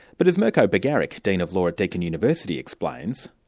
but as mirko bagaric, dean of law at deakin university explains,